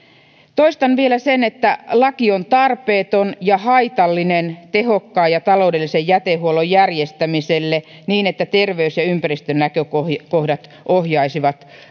toistan vielä sen että laki on tarpeeton ja haitallinen tehokkaan ja taloudellisen jätehuollon järjestämiselle niin että terveys ja ja ympäristönäkökohdat ohjaisivat